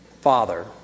Father